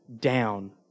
down